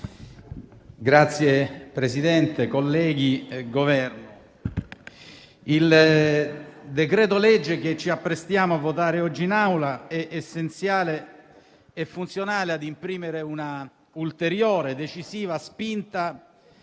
Signor Presidente, colleghi, Governo, il decreto-legge che ci apprestiamo a votare oggi in Aula è essenziale e funzionale a imprimere un'ulteriore e decisiva spinta